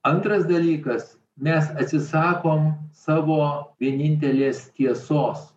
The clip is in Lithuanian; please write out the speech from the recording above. antras dalykas mes atsisakom savo vienintelės tiesos